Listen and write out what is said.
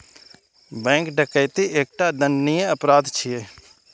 bank डकैती एकटा दंडनीय अपराध छियै